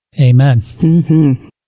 Amen